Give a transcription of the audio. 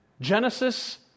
Genesis